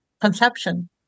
conception